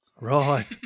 Right